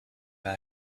them